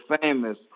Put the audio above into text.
famous